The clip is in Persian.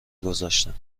گذاشتم